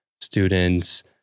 students